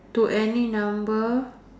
to any number